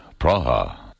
Praha